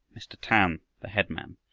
mr. tan, the headman,